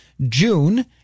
june